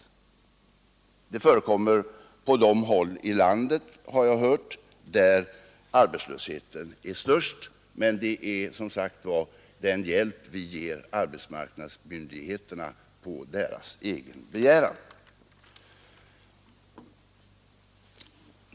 Sådant här förekommer på de håll i landet, har jag hört, där arbetslösheten är störst, men det är som sagt den hjälp vi ger arbetsmarknadsmyndigheterna på deras egen begäran.